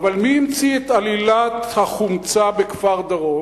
אבל מי המציא את עלילת החומצה בכפר-דרום?